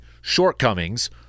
shortcomings